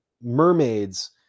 mermaids